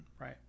right